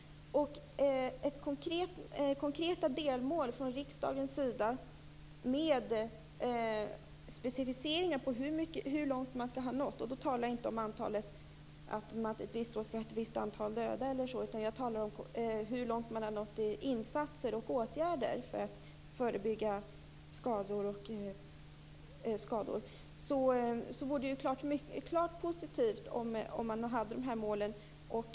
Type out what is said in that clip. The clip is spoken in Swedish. Det vore klart positivt om riksdagen angav konkreta delmål med specificeringar om hur långt man skall nå - och då talar jag inte om ett visst antal döda - när det gäller insatser och åtgärder för att förebygga skador. Det vore alltså positivt om det fanns sådana mål.